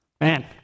man